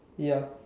ya